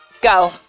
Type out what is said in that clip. Go